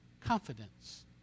confidence